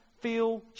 feel